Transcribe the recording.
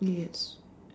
yes